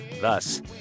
thus